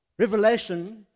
Revelation